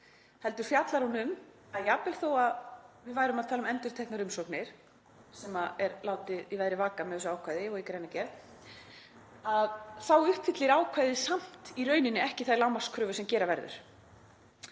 heldur fjallar hún um að jafnvel þó að við værum að tala um endurteknar umsóknir, sem er látið í veðri vaka með þessu ákvæði og í greinargerð, þá uppfylli ákvæðið samt í rauninni ekki þær lágmarkskröfur sem gera verður.